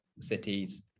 cities